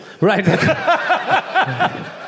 Right